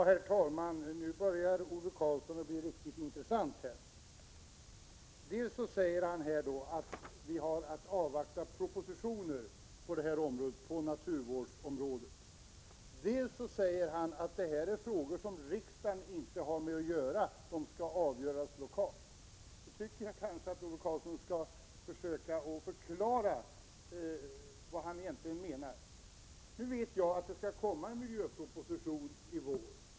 Herr talman! Nu börjar Ove Karlsson att bli riktigt intressant. Dels säger han att vi har att avvakta propositionen på naturvårdsområdet, dels säger han att detta är frågor som riksdagen inte har med att göra. De skall avgöras lokalt. Jag tycker att Ove Karlsson skall försöka att förklara vad han egentligen menar. Nu vet jag att det skall komma en miljöproposition i vår.